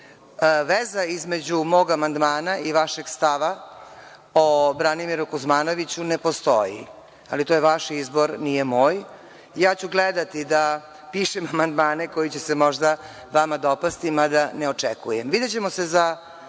između mog amandmana i vašeg stava o Branimiru Kuzmanoviću ne postoji, ali to je vaš izbor, nije moj. Ja ću gledati da pišem amandmane koji će se možda vama dopasti, mada ne očekujem.